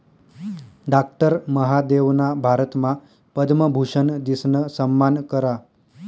doctor महादेवना भारतमा पद्मभूषन दिसन सम्मान करा